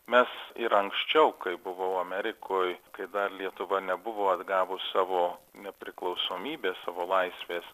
mes ir anksčiau kai buvau amerikoj kai dar lietuva nebuvo atgavus savo nepriklausomybės savo laisvės